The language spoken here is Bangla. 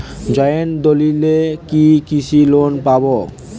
জয়েন্ট দলিলে কি কৃষি লোন পাব?